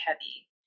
heavy